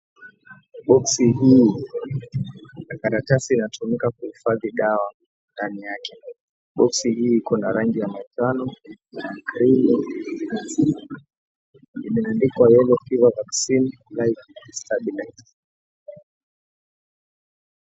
Boksi hii ya karatasi inatumika kihifadhi dawa ndani yake. Boksi hii Iko na rangi ya manjano na ya krimu na ya samawati limeandikwa Yellow Fever Vaccine Virus Stabilized.